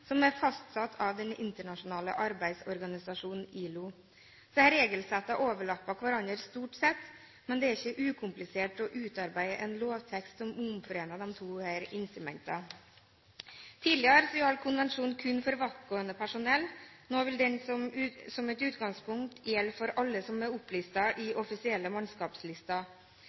som er fastsatt av Den internasjonale arbeidsorganisasjonen, ILO. Disse regelsettene overlapper hverandre stort sett, men det er ikke ukomplisert å utarbeide en lovtekst som omforener de to instrumentene. Tidligere gjaldt konvensjonen kun for vaktgående personell. Nå vil den som et utgangspunkt gjelde for alle som er opplistet i offisielle